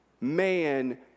man